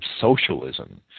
socialism